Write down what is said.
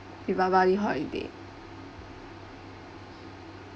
deepavali holiday